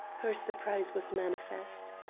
her surprise was manifest.